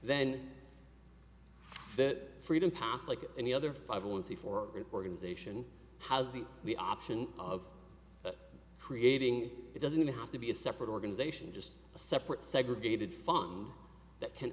then that freedom path like any other five a one c four organization has the the option of creating it doesn't have to be a separate organization just a separate segregated fund that can